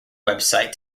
website